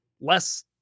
less